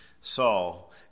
Saul